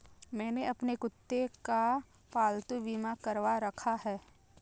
मैंने अपने कुत्ते का पालतू बीमा करवा रखा है